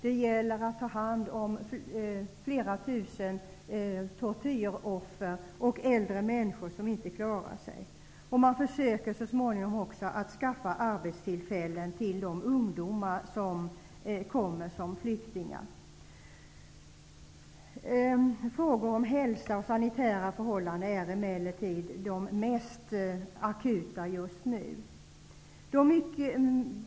Det gäller att ta hand om flera tusen tortyroffer och äldre människor som inte klarar sig. Man försöker så småningom också skaffa arbetstillfällen till de ungdomar som kommer som flyktingar. Frågor om hälsa och sanitära förhållanden är emellertid de mest akuta just nu.